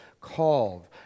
called